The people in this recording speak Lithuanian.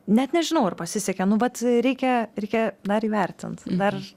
net nežinau ar pasisekė nu vat reikia reikia dar įvertint dar